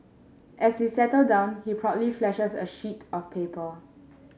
as we settle down he proudly flashes a sheet of paper